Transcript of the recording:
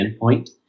endpoint